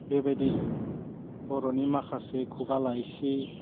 बेबादि बर'नि माखासे खुगा लाइसि